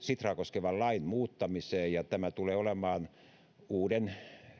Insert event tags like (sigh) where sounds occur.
(unintelligible) sitraa koskevan lain muuttamiseen ja tämä tulee olemaan uuden